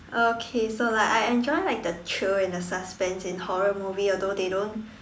okay so like I enjoy like the thrill and the suspense in horror movie although they don't